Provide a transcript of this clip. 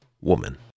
Woman